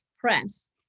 press